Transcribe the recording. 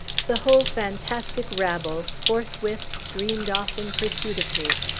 the whole fantastic rabble forthwith streamed off in pursuit of me,